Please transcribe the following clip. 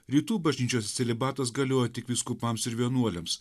rytų bažnyčiose celibatas galioja tik vyskupams ir vienuoliams